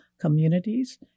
communities